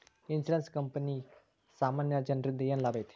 Insurance ಕ್ಂಪನಿಗೆ ಸಾಮಾನ್ಯ ಜನ್ರಿಂದಾ ಏನ್ ಲಾಭೈತಿ?